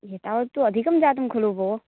एतावत्तु अधिकं जातं खलु भोः